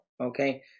Okay